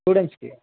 స్టూడెంట్స్కి